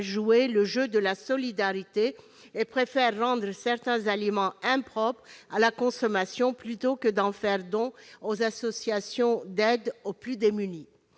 jouer le jeu de la solidarité et préfèrent rendre certains aliments impropres à la consommation plutôt que d'en faire don aux associations d'aide aux plus démunis.